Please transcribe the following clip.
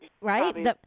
right